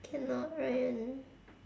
cannot rain